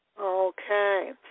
Okay